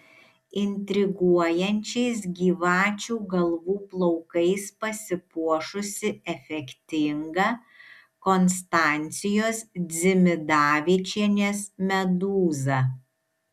intriguojančiais gyvačių galvų plaukais pasipuošusi efektinga konstancijos dzimidavičienės medūza